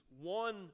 one